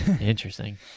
Interesting